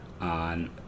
on